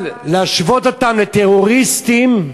אבל להשוות אותם לטרוריסטים,